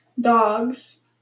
dogs